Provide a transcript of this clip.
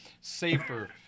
safer